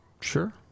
Sure